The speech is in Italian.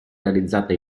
realizzata